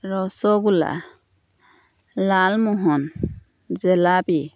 rasgulla lalmohan jalebi